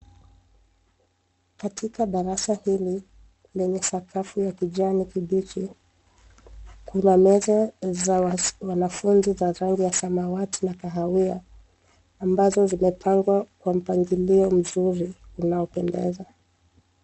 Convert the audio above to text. Katika darasa hili lenye sakafu ya kijani kibichi kuna meza za wanafunzi ya rangi ya samawati na kahawia ambazo zimepangwa kwa mpangilio mzuri unaopendeza.